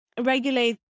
regulate